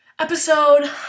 episode